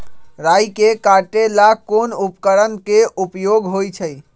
राई के काटे ला कोंन उपकरण के उपयोग होइ छई?